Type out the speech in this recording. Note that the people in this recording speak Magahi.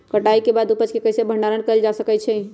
कटाई के बाद उपज के कईसे भंडारण कएल जा सकई छी?